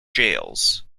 jails